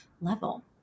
level